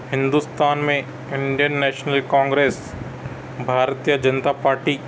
ہندوستان میں Indian National Congress Bharatiya Janata party